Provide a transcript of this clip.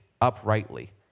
uprightly